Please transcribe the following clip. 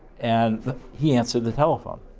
and he answered the telephone.